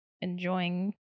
enjoying